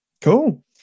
Cool